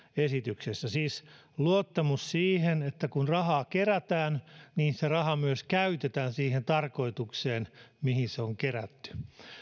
esityksessä siis luottamus siihen että kun rahaa kerätään niin se raha myös käytetään siihen tarkoitukseen mihin se on kerätty